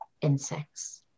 insects